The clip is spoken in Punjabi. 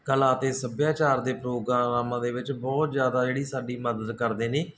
ਕਲਾ ਅਤੇ ਸੱਭਿਆਚਾਰ ਦੇ ਪ੍ਰੋਗਰਾਮਾਂ ਦੇ ਵਿੱਚ ਬਹੁਤ ਜ਼ਿਆਦਾ ਜਿਹੜੀ ਸਾਡੀ ਮਦਦ ਕਰਦੇ ਨੇ